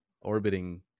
orbiting